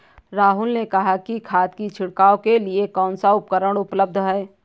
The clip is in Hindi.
राहुल ने कहा कि खाद की छिड़काव के लिए कौन सा उपकरण उपलब्ध है?